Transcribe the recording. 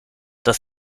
das